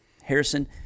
Harrison